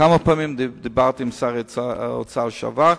כמה פעמים דיברתי עם שר האוצר לשעבר.